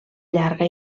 llarga